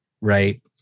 right